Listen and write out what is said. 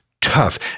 tough